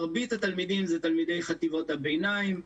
מרבית התלמידים זה תלמידי חטיבות הביניים.